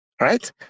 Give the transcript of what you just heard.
Right